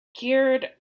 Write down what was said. geared